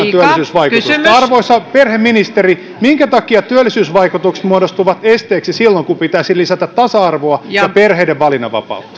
työpaikan työllisyysvaikutusta arvoisa perheministeri minkä takia työllisyysvaikutukset muodostuvat esteeksi silloin kun pitäisi lisätä tasa arvoa ja perheiden valinnanvapautta